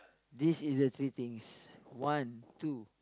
this is the three things one two